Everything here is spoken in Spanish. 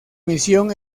misión